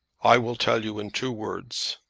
i will tell you in two words.